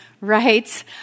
right